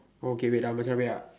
orh okay wait ah Macha wait ah